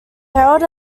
hailed